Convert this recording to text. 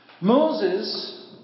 Moses